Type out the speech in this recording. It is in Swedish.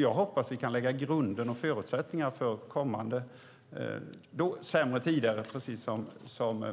Jag hoppas att vi kan lägga grunden och förutsättningarna för kommande sämre tider - precis som